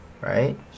Right